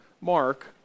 Mark